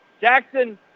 Jackson